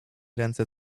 ręce